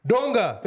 Donga